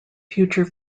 future